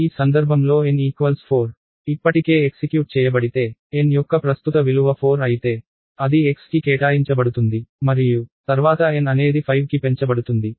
ఈ సందర్భంలో n4 ఇప్పటికే ఎక్సిక్యూట్ చేయబడితే n యొక్క ప్రస్తుత విలువ 4 అయితే అది xకి కేటాయించబడుతుంది మరియు తర్వాత n అనేది 5 కి పెంచబడుతుంది